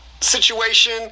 situation